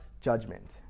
judgment